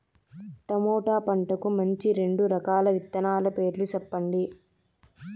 tomato పంటకు మంచి రెండు రకాల విత్తనాల పేర్లు సెప్పండి